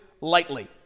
lightly